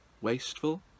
Wasteful